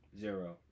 Zero